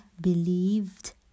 believed